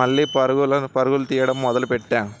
మళ్ళీ పరుగులని పరుగులు తీయడం మొదలుపెట్టాను